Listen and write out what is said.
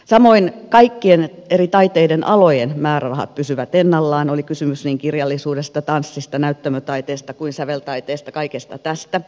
samoin kaikkien eri taiteiden alojen määrärahat pysyvät ennallaan oli kysymys niin kirjallisuudesta tanssista näyttämötaiteesta kuin säveltaiteestakin kaikesta tästä